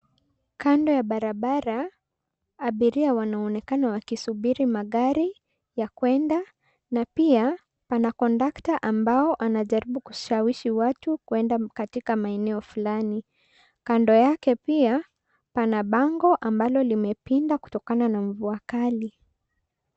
Kando ya barabara abira wanaonekana wakisubiri magari ya kwenda na pia pana conductor ambao wanajaribu kushawishi watu kwenda katika maeneo fulani. Kando yake pia pana bango ambalo limepinda kutokana na mvua kali.